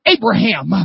Abraham